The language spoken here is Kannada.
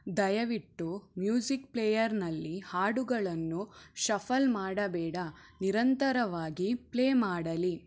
ದಯವಿಟ್ಟು ಮ್ಯೂಸಿಕ್ ಪ್ಲೇಯರ್ನಲ್ಲಿ ಹಾಡುಗಳನ್ನು ಷಫಲ್ ಮಾಡಬೇಡ ನಿರಂತರವಾಗಿ ಪ್ಲೇ ಮಾಡಲಿ